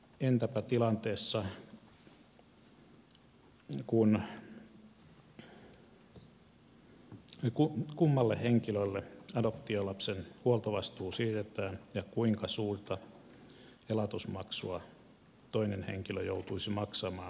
entäpä kummalle henkilölle adoptiolapsen huoltovastuu siirretään ja kuinka suurta elatusmaksua toinen henkilö joutuisi maksamaan erotilanteessa